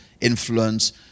influence